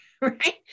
right